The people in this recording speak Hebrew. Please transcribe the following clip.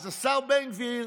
אז השר בן גביר,